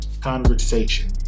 conversation